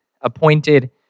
appointed